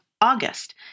August